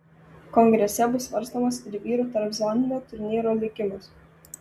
kongrese bus svarstomas ir vyrų tarpzoninio turnyro likimas